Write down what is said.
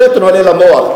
השתן עולה למוח,